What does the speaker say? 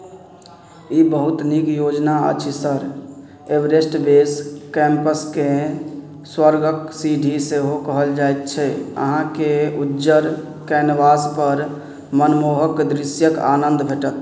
ई बहुत नीक योजना अछि सर एवरेस्ट बेस कैम्पसके स्वर्गक सीढ़ी सेहो कहल जाइत छै अहाँके उज्जर कैनवासपर मनमोहक दृश्यक आनन्द भेटत